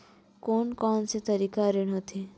कोन कौन से तिहार ऋण होथे?